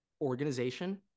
organization